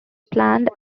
planned